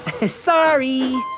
Sorry